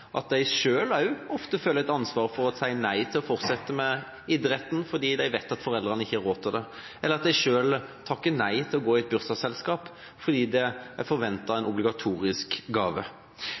at de ofte selv må ta ansvar for å si nei til å fortsette med idretten fordi de vet at foreldrene ikke har råd til det, eller at de selv takker nei til å gå i et bursdagsselskap fordi det er forventet en obligatorisk gave.